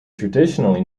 traditionally